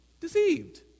deceived